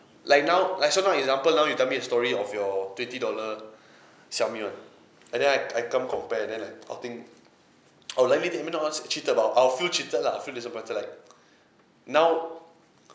like now like so for example now you tell me a story of your twenty dollar xiaomi one and then I I come compare then like I'll think or let me think even not cheated but I'll feel cheated lah I feel disappointed like now